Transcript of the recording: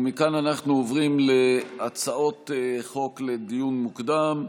ומכאן אנחנו עוברים להצעות חוק לדיון מוקדם.